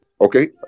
Okay